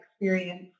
experience